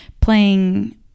playing